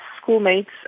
schoolmates